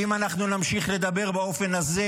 ואם אנחנו נמשיך לדבר באופן הזה,